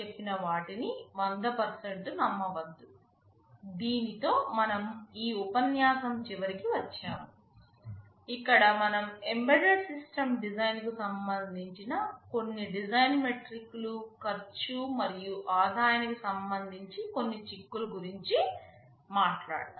దీనితో మనం ఈ ఉపన్యాసం చివరికి వచ్చాము ఇక్కడ మనం ఎంబెడెడ్ సిస్టమ్ డిజైన్ కు సంబంధించిన కొన్ని డిజైన్ మెట్రిక్లు ఖర్చు మరియు ఆదాయానికి సంబంధించి కొన్ని చిక్కుల గురించి మాట్లాడాము